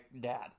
dad